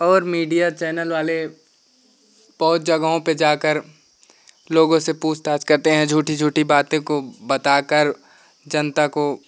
और media channel वाले बहुत जगहों पर जाकर लोगों से पूछताछ करते हैं झूठी झूठी बातें को बताकर जनता को